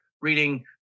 reading